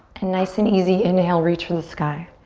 and nice and easy, inhale reach for the sky.